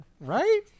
Right